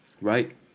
Right